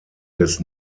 des